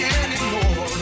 anymore